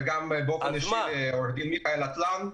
וגם באופן אישי לעו"ד מיכאל אטלן.